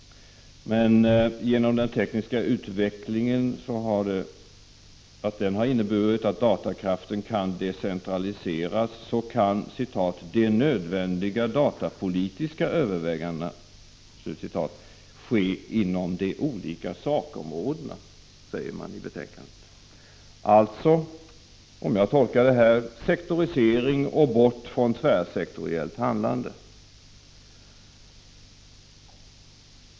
Men genom att den tekniska utvecklingen har inneburit att datakraft kan decentraliseras kan ”de nödvändiga datapolitiska övervägandena” ske inom de olika sakområdena. Så skriver man i betänkandet. Det innebär alltså, om jag tolkar det rätt, en sektorisering och inte tvärsektorialt handlande.